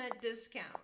discount